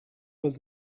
was